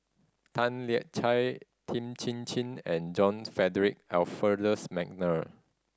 Tan Lian Chye Tan Chin Chin and John Frederick Adolphus McNair